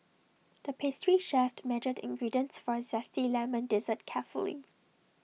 the pastry chef measured the ingredients for A Zesty Lemon Dessert carefully